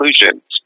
conclusions